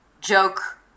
joke